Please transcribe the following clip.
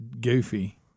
goofy